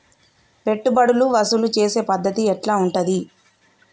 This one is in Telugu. పెట్టుబడులు వసూలు చేసే పద్ధతి ఎట్లా ఉంటది?